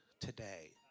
today